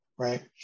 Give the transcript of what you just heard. right